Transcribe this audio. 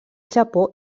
japó